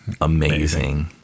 amazing